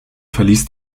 verließ